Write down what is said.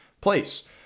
place